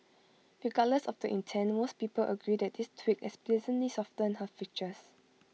regardless of the intent most people agree that this tweak has pleasantly softened her features